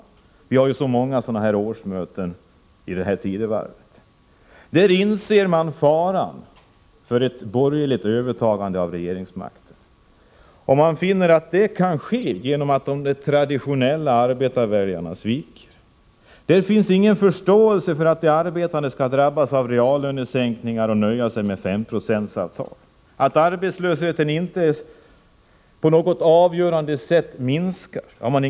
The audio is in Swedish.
Många årsmöten äger ju rum vid den här tiden på året. Vid nämnda fackföreningsmöte insåg man faran för ett borgerligt övertagande av regeringsmakten och kom fram till att det kan ske genom att de traditionella arbetarväljarna sviker. Det finns ingen förståelse bland dessa fackföreningsmedlemmar för att de arbetande skall drabbas av reallönesänkningar och nöja sig med 5-procentsavtal. Inte heller har man förståelse för att arbetslösheten inte minskar på ett avgörande sätt. I Dalarna ökar den.